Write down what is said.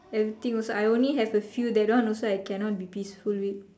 everything also I only have a few and that one I cannot be peaceful with